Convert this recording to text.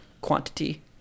Quantity